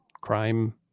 crime